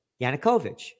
Yanukovych